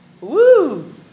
Woo